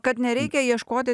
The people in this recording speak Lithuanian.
kad nereikia ieškoti